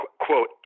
quote